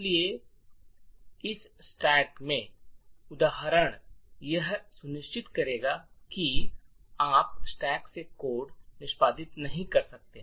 इसलिए इस स्टैक में उदाहरण यह सुनिश्चित करेगा कि आप स्टैक से कोड निष्पादित नहीं कर सकते